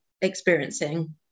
experiencing